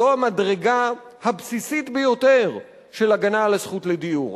זו המדרגה הבסיסית ביותר של הגנה על הזכות לדיור.